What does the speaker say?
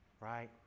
Right